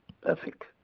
Perfect